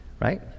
right